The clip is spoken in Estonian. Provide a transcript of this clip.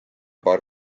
paar